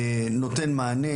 נותן מענה,